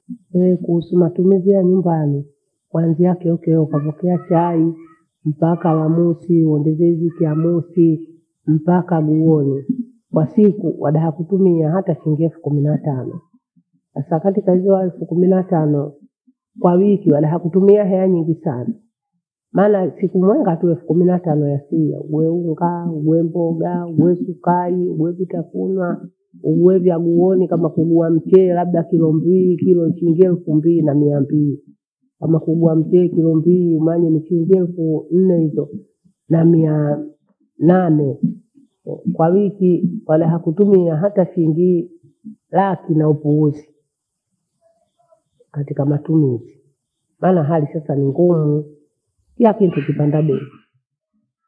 Kuhusu matumizi ya nyumbani kuanzia keo keo kwavikia chai mpaka wa mosi wende kuwevikia mosi we mpaka miwele. Kwasiku wadaha kutumia hata shilingi elfu kumi na tano. Kwasapoti kwa hizo halfu kumi na tano kwa lipya hena yakumia heni nivitano. Maana siku monga tuu elfu kumi na tano hosio ndio hivo kaa viombo, mdaa, wesukari wevitafunwa. Eliozi amuoni kama kununua mchele labda kilo mbili. Kilo washingi eflu mbili na mia mbili. Namatoli ya mtete ndizi hemanye machungwa hivoo nilenge na miyaa nane. Kwa wiki pana halfukumi ya hata shingii laki na upungufu, katika matumizi maana hali sasa ni ngumu, kilakitu kipanda bei.